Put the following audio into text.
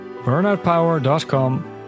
burnoutpower.com